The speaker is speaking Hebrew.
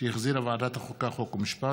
שהחזירה ועדת החוקה, חוק ומשפט,